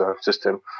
system